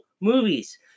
movies